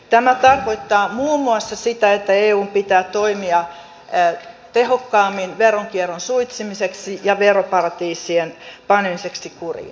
tämä tarkoittaa muun muassa sitä että eun pitää toimia tehokkaammin veronkierron suitsimiseksi ja veroparatiisien panemiseksi kuriin